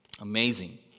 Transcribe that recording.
Amazing